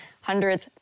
hundreds